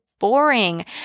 boring